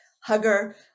hugger